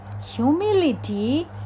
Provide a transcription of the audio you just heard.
humility